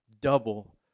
double